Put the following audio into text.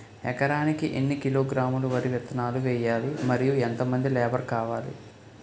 ఎకరానికి ఎన్ని కిలోగ్రాములు వరి విత్తనాలు వేయాలి? మరియు ఎంత మంది లేబర్ కావాలి?